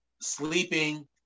sleeping